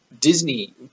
Disney